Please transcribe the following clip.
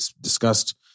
discussed